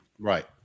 Right